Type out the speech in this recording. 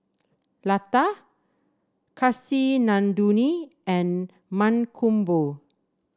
Lata Kasinadhuni and Mankombu